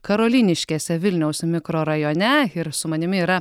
karoliniškėse vilniaus mikrorajone ir su manimi yra